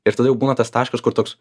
ir tada jau būna tas taškas kur toks